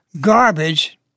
garbage